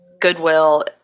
Goodwill